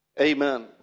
Amen